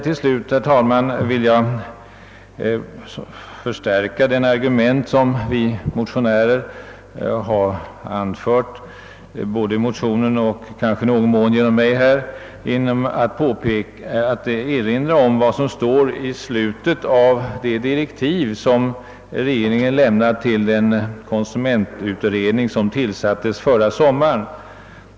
Till sist, herr talman, vill jag förstär ka den argumentering som vi motionärer anfört både i motionen och i någon mån genom mig här i kammaren genom att erinra om vad som står i slutet av de direktiv som regeringen gav den konsumentutredning som tillsattes förra sommaren.